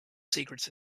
secrets